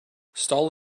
stall